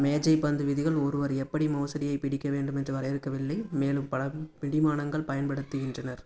மேஜைப்பந்து விதிகள் ஒருவர் எப்படி மோசடியைப் பிடிக்க வேண்டும் என்று வரையறுக்கவில்லை மேலும் பல பிடிமானங்கள் பயன்படுத்தப்படுகின்றனர்